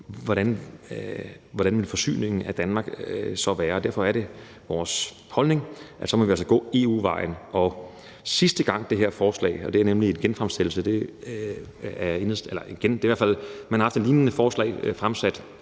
hvordan vil forsyningen af Danmark så være? Derfor er det vores holdning, at så må vi altså gå EU-vejen. Sidste gang det her forslag blev fremsat – det er nemlig en genfremsættelse; man har haft et lignende forslag fremsat